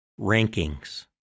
rankings